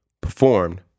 performed